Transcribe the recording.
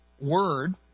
word